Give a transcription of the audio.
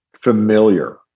familiar